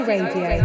Radio